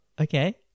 Okay